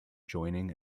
joining